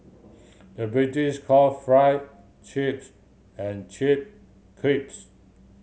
the British call chips and chip crisps